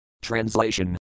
Translation